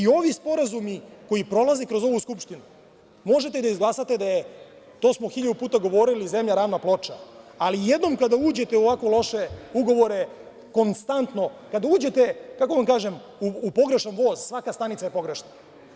I ovi sporazumi koji prolaze kroz ovu Skupštinu, možete da izglasate, to smo hiljadu puta govorili, da je zemlja ravna ploča, ali jednom kada uđete u ovako loše ugovore, konstantno, kada uđete, kako da kažem, u pogrešan voz, svaka stanica je pogrešna.